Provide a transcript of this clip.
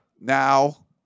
now